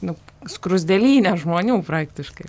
nu skruzdėlyne žmonių praktiškai